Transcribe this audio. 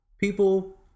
people